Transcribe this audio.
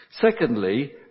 Secondly